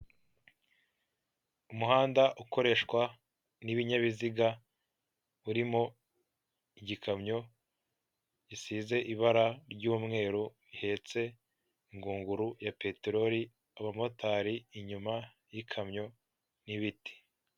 Umuhanda ukoreshwa n'ibinyabiziga urimo igikamyo gisize ibara ry'umweru bihetse ingunguru ya peterori abamotari inyuma y'ikamyo n'ibiti.